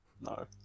No